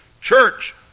church